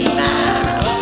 now